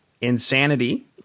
insanity